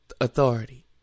authority